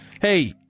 Hey